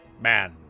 man